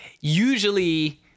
usually